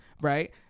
right